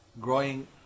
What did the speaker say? growing